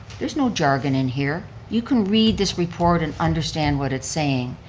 there's no jargon in here, you can read this report and understand what it's saying.